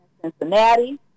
Cincinnati